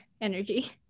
energy